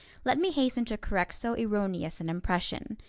let me hasten to correct so erroneous an impression.